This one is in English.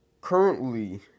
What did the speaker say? currently